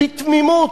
בתמימות,